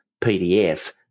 PDF